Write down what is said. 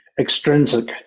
extrinsic